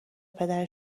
پدر